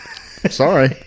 Sorry